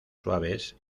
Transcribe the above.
suaves